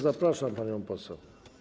Zapraszam panią poseł.